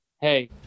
Hey